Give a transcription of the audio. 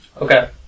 Okay